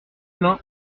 plein